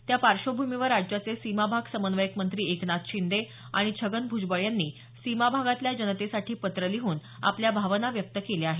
त्या पार्श्वभूमीवर राज्याचे सीमा भाग समन्वयक मंत्री एकनाथ शिंदे आणि छगन भुजबळ यांनी सीमा भागातल्या जनतेसाठी पत्र लिहून आपल्या भावना व्यक्त केल्या आहेत